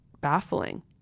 baffling